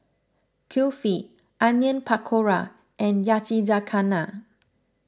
Kulfi Onion Pakora and Yakizakana